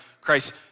Christ